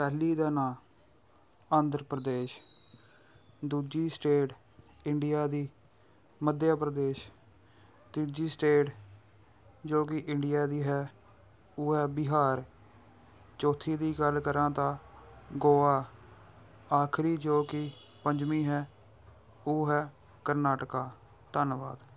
ਪਹਿਲੀ ਦਾ ਨਾਂ ਆਂਧਰ ਪ੍ਰਦੇਸ਼ ਦੂਜੀ ਸਟੇਟ ਇੰਡੀਆ ਦੀ ਮੱਧਿਆ ਪ੍ਰਦੇਸ਼ ਤੀਜੀ ਸਟੇਟ ਜੋ ਕਿ ਇੰਡੀਆ ਦੀ ਹੈ ਉਹ ਹੈ ਬਿਹਾਰ ਚੌਥੀ ਦੀ ਗੱਲ ਕਰਾਂ ਤਾਂ ਗੋਆ ਆਖਰੀ ਜੋ ਕਿ ਪੰਜਵੀਂ ਹੈ ਉਹ ਹੈ ਕਰਨਾਟਕਾ ਧੰਨਵਾਦ